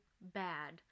bad